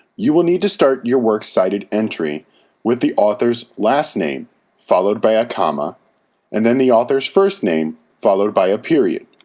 you will need to start your works cited entry with the author's last name followed by a comma and then the author's first name followed by a period.